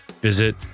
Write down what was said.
visit